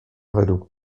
według